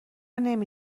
نمی